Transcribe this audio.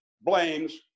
blames